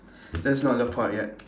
that's not the point yet